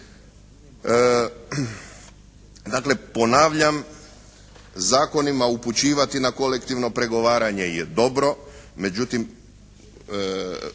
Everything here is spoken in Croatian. Dakle, ponavljam zakonima upućivati na kolektivno pregovaranje je dobro. Međutim,